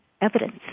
evidence